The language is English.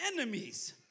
enemies